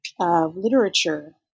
Literature